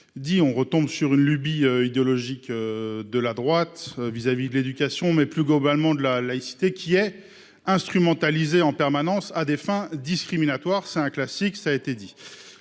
été répété -dans une lubie idéologique de la droite à l'égard de l'éducation, mais plus globalement de la laïcité, qui est instrumentalisée en permanence à des fins discriminatoires. C'est un classique ! L'article